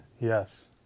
Yes